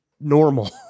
normal